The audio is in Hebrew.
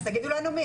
אז תגידו לנו מי.